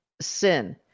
Sin